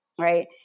right